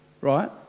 right